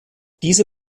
diese